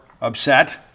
upset